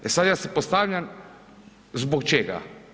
E sad, ja si postavljam, zbog čega?